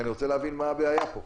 אני רוצהל הבין מה הבעיה פה.